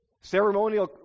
ceremonial